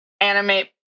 animate